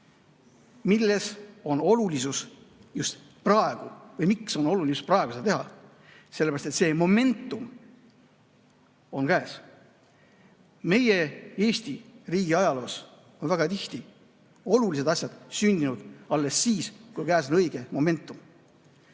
ütlesin siin puldis, miks on oluline just praegu seda teha: sellepärast, et see momentum on käes. Meie Eesti riigi ajaloos on väga tihti olulised asjad sündinud alles siis, kui käes on õige momentum.